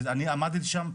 עמדתי שם,